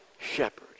Shepherd